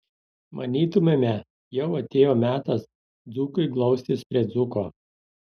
manytumėme jau atėjo metas dzūkui glaustis prie dzūko